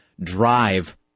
drive